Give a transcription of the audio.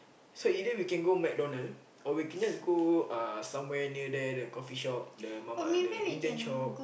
so either we can go McDonald's or we can just go uh somewhere near there the coffee shop the mamak ah the Indian shop